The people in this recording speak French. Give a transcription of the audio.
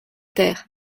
ter